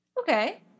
okay